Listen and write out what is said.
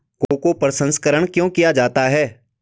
Cocoa प्रसंस्करण क्यों किया जाता है?